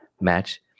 match